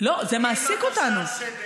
לא, זה מעסיק אותנו.